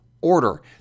order